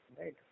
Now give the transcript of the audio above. right